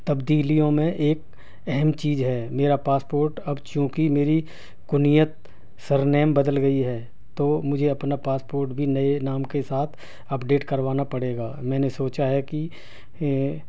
تبدیلیوں میں ایک اہم چیز ہے میرا پاسپورٹ اب چونکہ میری کنیت سرنیم بدل گئی ہے تو مجھے اپنا پاسپورٹ بھی نئے نام کے ساتھ اپ ڈیٹ کروانا پڑے گا میں نے سوچا ہے کہ